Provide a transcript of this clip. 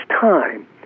time